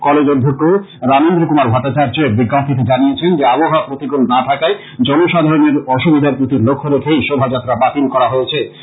college অধ্যক্ষ রামেন্দ্র কুমার ভট্টাচার্য্য এক বিজ্ঞপ্তীতে জানিয়েছেন যে আবহাওয়া প্রতিকূল না থাকায় জনসাধারনের অসুবিধার প্রতি লক্ষ্য রেখে এই শোভাযাত্রা বাতিল করা হয়েছে